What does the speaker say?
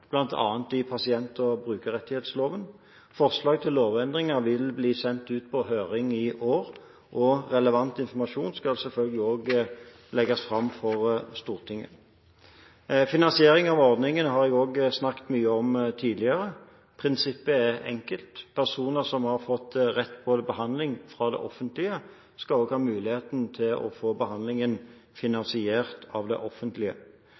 i pasient- og brukerrettighetsloven. Forslag til lovendringer vil bli sendt ut på høring i år, og relevant informasjon skal selvfølgelig også legges fram for Stortinget. Finansiering av ordningen har jeg også snakket mye om tidligere. Prinsippet er enkelt: Personer som har fått rett på behandling fra det offentlige, skal også ha muligheten til å få behandlingen finansiert av det offentlige.